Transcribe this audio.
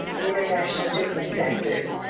and international business sectors.